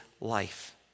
life